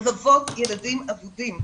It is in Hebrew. רבבות ילדים אבודים,